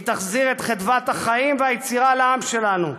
היא תחזיר את חדוות החיים והיצירה לעם שלנו,